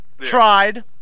tried